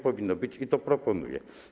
Powinni być i to proponuję.